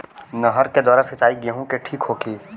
नहर के द्वारा सिंचाई गेहूँ के ठीक होखि?